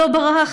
לא ברח,